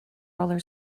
roller